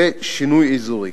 ושינוי אזורי,